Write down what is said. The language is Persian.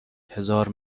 هزار